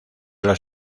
los